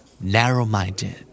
Narrow-minded